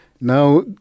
Now